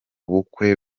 bukwe